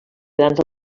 grans